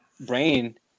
brain